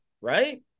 right